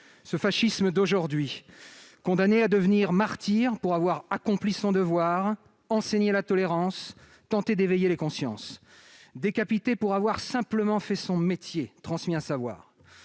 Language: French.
ce fascisme d'aujourd'hui, condamné à devenir martyr pour avoir accompli son devoir- enseigner la tolérance, tenter d'éveiller les consciences -, décapité pour avoir simplement fait son métier, transmis un savoir.